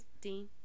Dean